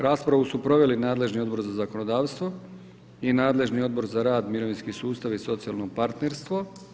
Raspravu su proveli nadležni Odbor za zakonodavstvo i nadležni Odbor za rad, mirovinski sustav i socijalno partnerstvo.